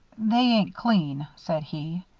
they ain't clean, said he.